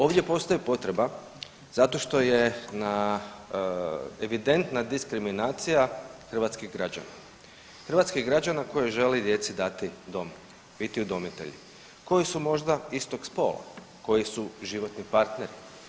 Ovdje postoji potreba zato što je evidentna diskriminacija hrvatskih građana, hrvatskih građana koji žele djeci dati dom, biti udomitelji, koji su možda istog spola, koji su životni partneri.